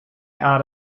out